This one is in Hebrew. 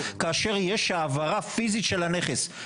כאשר יש העברה פיזית של הכנס.